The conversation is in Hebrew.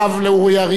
לאורי אריאל,